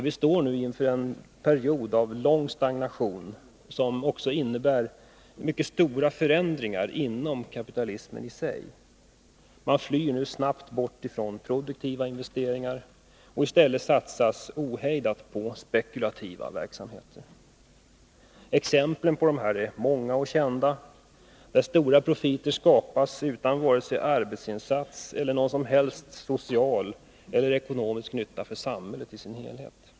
Vi står nu inför en lång period av stagnation som också innebär mycket stora förändringar inom kapitalismen i sig. Man flyr nu snabbt bort från produktiva investeringar, och i stället satsas ohejdat på spekulativa verksamheter. Exemplen på detta är många och kända, där stora profiter skapas utan vare sig arbetsinsats eller någon som helst social eller ekonomisk nytta för samhället i sin helhet.